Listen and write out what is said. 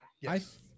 Yes